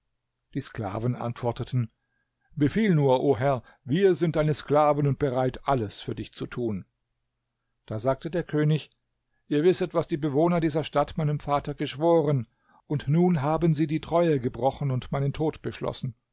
die sklaven antworteten befiehl nur o herr wir sind deine sklaven und bereit alles für dich zu tun da sagte der könig ihr wisset was die bewohner dieser stadt meinem vater geschworen und nun haben sie die treue gebrochen und meinen tod beschlossen